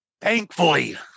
thankfully